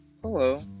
Hello